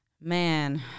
man